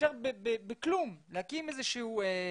אפשר בכלום להקים תשתית,